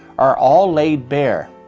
are all laid bear.